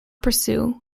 pursue